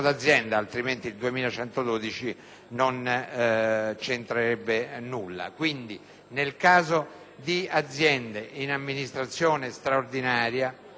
non c'entrerebbe nulla). Quindi, nel caso di aziende in amministrazione straordinaria,